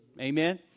Amen